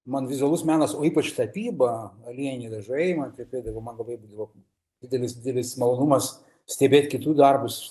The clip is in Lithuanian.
man vizualus menas o ypač tapyba aliejiniai dažai man kvepėdavo man labai būdavo didelis didelis malonumas stebėt kitų darbus